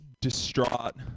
distraught